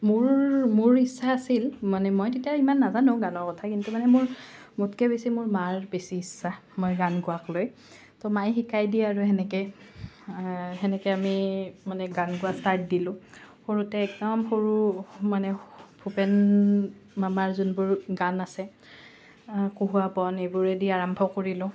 মোৰ মোৰ ইচ্ছা আছিল মানে মই তেতিয়া ইমান নাজানো গানৰ কথা কিন্তু মানে মোৰ মোতকৈ বেছি মোৰ মাৰ বেছি ইচ্ছা মই গান গোৱাকলৈ ত' মায়ে শিকাই দিয়ে আৰু সেনেকৈ সেনেকৈ আমি মানে গান গোৱাৰ ষ্টাৰ্ট দিলোঁ সৰুতে একদম সৰু মানে ভূপেন মামাৰ যোনবোৰ গান আছে কহুঁৱা বন সেইবোৰেদি আৰম্ভ কৰিলোঁ